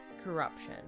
corruption